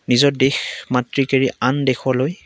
নিজৰ দেশমাতৃক এৰি আন দেশলৈ